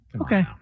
Okay